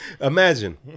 imagine